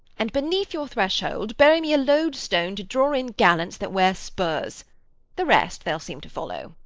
and beneath your threshold, bury me a load-stone to draw in gallants that wear spurs the rest, they'll seem to follow.